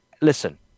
listen